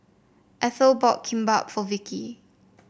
Ethel bought Kimbap for Vikki